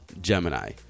Gemini